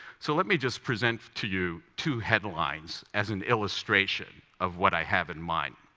so let me just present to you two headlines as an illustration of what i have in mind.